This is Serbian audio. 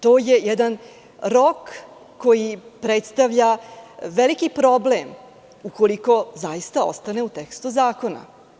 To je jedan rok koji predstavlja veliki problem ukoliko zaista ostane u tekstu zakona.